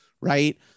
right